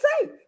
safe